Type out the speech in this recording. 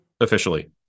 Officially